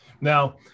Now